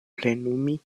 plenumi